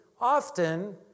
Often